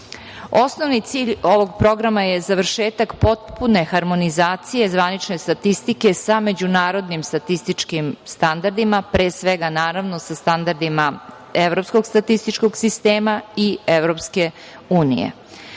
Osnovni cilj ovo programa je završetak potpune harmonizacije zvanične statistike sa međunarodnim statističkim standardima, pre svega sa standardima evropskog statističkog sistema i EU.Sadašnji